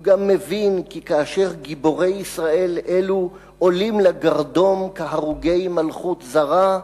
הוא גם מבין כי כאשר גיבורי ישראל אלו עולים לגרדום כהרוגי מלכות זרה,